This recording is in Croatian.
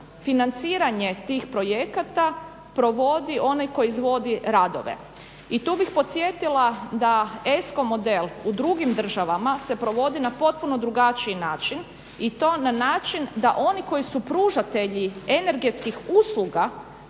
financiranje tih projekata provodi onaj koji izvodi radove. I tu bih podsjetila da ESCO model u drugim državama se provodi na potpuno drugačiji način i to na način da oni koji su pružatelji energetskih usluga